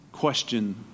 question